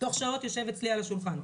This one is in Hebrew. תוך שעות יושב אצלי על השולחן.